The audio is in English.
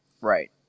Right